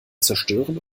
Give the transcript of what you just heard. zerstören